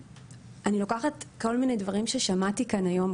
אני לוקחת כל מיני דברים ששמעתי כאן היום,